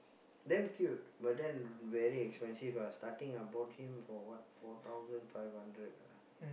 damn cute but then very expensive ah starting I bought him for what four thousand five hundred ah